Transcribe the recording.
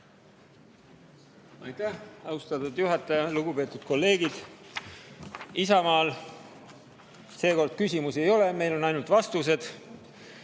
Aitäh, austatud juhataja! Lugupeetud kolleegid! Isamaal seekord küsimusi ei ole, on ainult vastused.